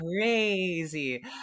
crazy